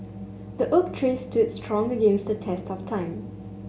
the oak tree stood strong against the test of time